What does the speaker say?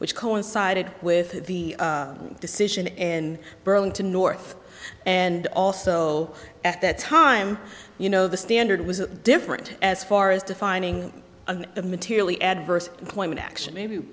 which coincided with the decision in burlington north and also at that time you know the standard was different as far as defining the materially adverse point action may be